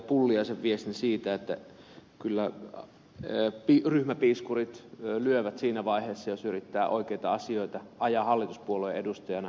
pulliaisen viestin siitä että kyllä ryhmäpiiskurit lyövät siinä vaiheessa jos yrittää oikeita asioita ajaa hallituspuolueen edustajana valiokunnassa